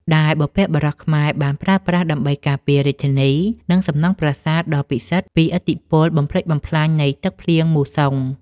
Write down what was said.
ដែលបុព្វបុរសខ្មែរបានប្រើប្រាស់ដើម្បីការពាររាជធានី និងសំណង់ប្រាសាទដ៏ពិសិដ្ឋពីឥទ្ធិពលបំផ្លិចបំផ្លាញនៃទឹកភ្លៀងមូសុង។